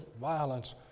violence